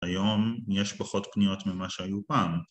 ‫היום, יש פחות פניות ממה שהיו פעם.